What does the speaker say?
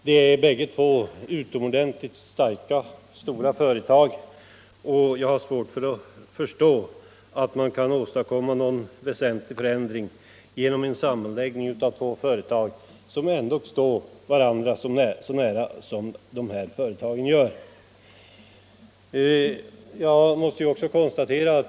Bägge företagen är utomordentligt stora och starka, och jag har svårt att förstå att man kan åstadkomma någon väsentlig förändring genom en sammanläggning, när de ändå står varandra så nära.